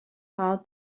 how